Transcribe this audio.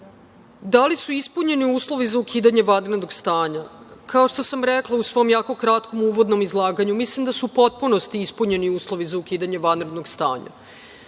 li su ispunjeni uslovi za ukidanje vanrednog stanja? Kao što sam rekla u svom jakom kratkom uvodnom izlaganju, mislim da su u potpunosti ispunjeni uslovi za ukidanje vanrednog stanja. Da